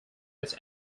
its